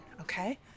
okay